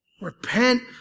Repent